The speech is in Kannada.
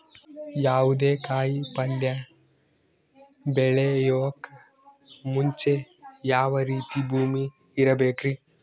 ಯಾವುದೇ ಕಾಯಿ ಪಲ್ಯ ಬೆಳೆಯೋಕ್ ಮುಂಚೆ ಯಾವ ರೀತಿ ಭೂಮಿ ಇರಬೇಕ್ರಿ?